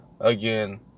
again